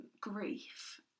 grief